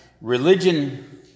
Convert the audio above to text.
Religion